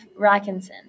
Rackinson